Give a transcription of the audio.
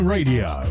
Radio